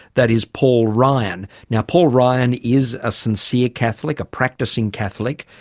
that is paul ryan. now paul ryan is a sincere catholic, a practising catholic.